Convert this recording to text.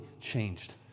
changed